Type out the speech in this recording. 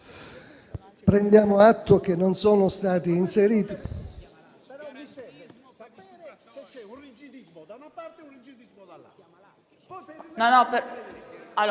Prendiamo atto che non sono stati inseriti